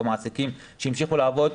מעסיקים שהמשיכו לעבוד,